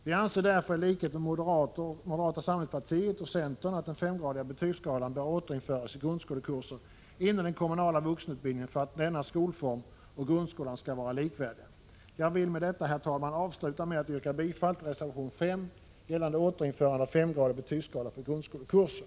Vi anser därför, i likhet med moderata samlingspartiet och centern, att den femgradiga betygsskalan bör återinföras i grundskolekurser inom den kommunala vuxenutbildningen för att denna skolform och grundskolan skall vara likvärdiga. Jag vill med detta, herr talman, avsluta med att yrka bifall till reservation 5, gällande återinförande av femgradig betygsskala för grundskolekurser.